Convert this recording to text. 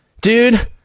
dude